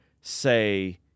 say